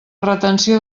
retenció